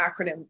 acronym